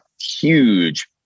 huge